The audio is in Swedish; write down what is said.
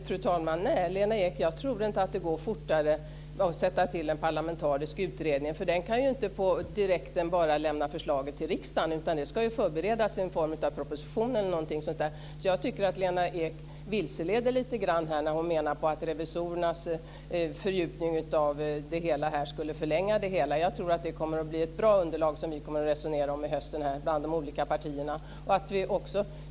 Fru talman! Nej, Lena Ek, jag tror inte att det går fortare genom att tillsätta en parlamentarisk utredning. Den kan inte på direkten lämna förslag till riksdagen. Det ska förberedas en form av proposition eller något sådant. Jag tycker att Lena Ek vilseleder lite grann när hon säger att revisorernas fördjupade utredning skulle förlänga det hela. Jag tror att det kommer att bli ett bra underlag som vi kommer att resonera om under hösten bland de olika partierna.